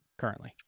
currently